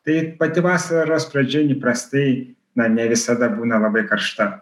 tai pati vasaros pradžia įprastai na ne visada būna labai karšta